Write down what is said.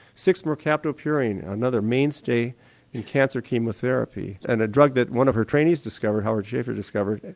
six metacaptopurine, another mainstay in cancer chemotherapy and a drug that one of her trainees discovered, howard schaeffer discovered,